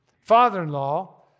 father-in-law